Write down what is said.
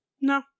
No